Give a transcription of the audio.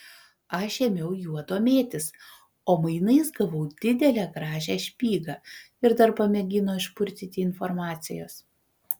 aš ėmiau juo domėtis o mainais gavau didelę gražią špygą ir dar pamėgino išpurtyti informacijos